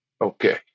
Okay